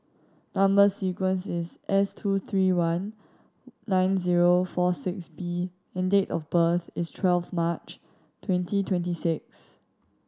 number sequence is S two three one nine zero four six B and date of birth is twelve March twenty twenty six